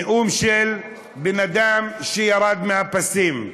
נאום של בן אדם שירד מהפסים.